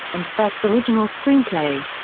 and best original screenplay.